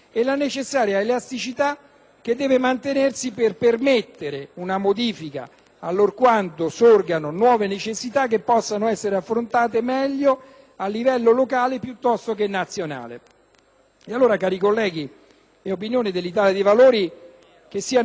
che deve mantenersi per permettere una modifica allorquando sorgano nuove necessità che possano essere affrontate meglio a livello locale piuttosto che nazionale. Allora, cari colleghi, è opinione dell'Italia dei Valori che sia necessario stralciare